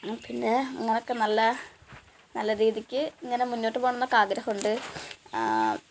പിന്നെ അങ്ങനെ ഒക്കെ നല്ല നല്ല രീതിക്ക് ഇങ്ങനെ മുന്നോട്ട് പോവണം എന്നൊക്കെ ആഗ്രഹമുണ്ട്